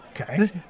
Okay